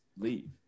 leave